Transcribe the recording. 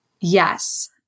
Yes